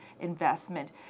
investment